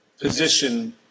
position